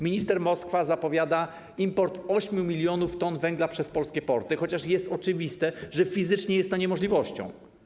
Minister Moskwa zapowiada import 8 mln t węgla przez polskie porty, chociaż jest oczywiste, że fizycznie jest to niemożliwością.